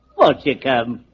won't you come?